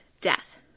death